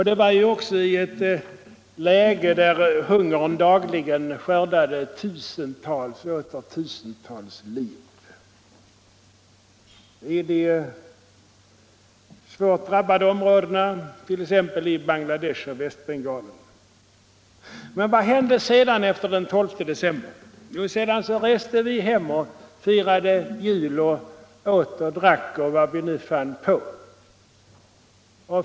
Det var också i ett läge, där hungern dagligen skördade tusentals liv i de svårt drabbade områdena i Bangladesh och Västbengalen. Vad hände sedan efter den 12 december? Jo, vi reste hem, firade jul, åt och drack och vad vi nu fann på.